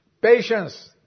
Patience